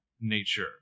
nature